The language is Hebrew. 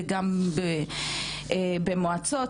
וגם במועצות,